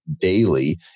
daily